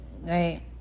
Right